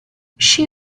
she